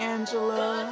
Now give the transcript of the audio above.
Angela